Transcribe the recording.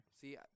See